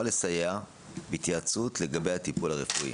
לסייע בהתייעצות לגבי הטיפול הרפואי,